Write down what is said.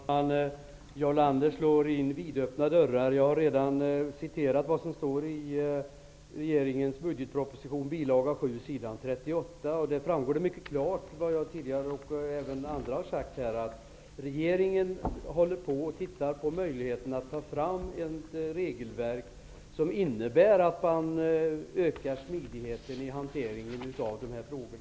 Fru talman! Jarl Lander slår in vidöppna dörrar. Jag har redan citerat vad som står i regeringens budgetproposition bil. 7 s. 38. Där framgår mycket klart det som jag, och även andra, tidigare har sagt, nämligen att regeringen tittar på möjligheten att ta fram ett regelverk som innebär att man ökar smidigheten i hanteringen av dessa frågor.